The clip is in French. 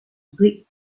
brique